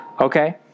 okay